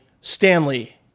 Stanley